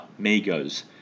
Migos